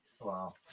Wow